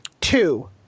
Two